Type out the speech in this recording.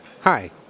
Hi